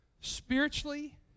Spiritually